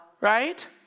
Right